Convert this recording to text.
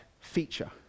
feature